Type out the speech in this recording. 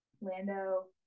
Lando